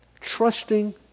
Trusting